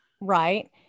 right